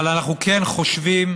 אבל אנחנו כן חושבים,